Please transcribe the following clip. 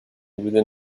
within